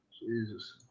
Jesus